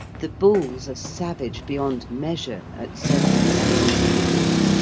the bulls are savage beyond measure at certain seasons of the year.